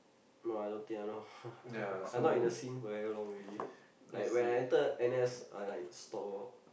no I don't think I know I not in the scene for very long already like when I enter N_S I like stop orh